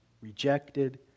rejected